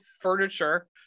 furniture